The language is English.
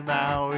now